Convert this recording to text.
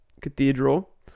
cathedral